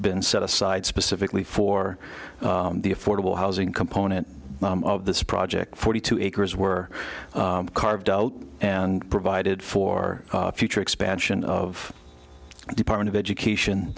been set aside specifically for the affordable housing component of this project forty two acres were carved out and provided for future expansion of department of education